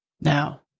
Now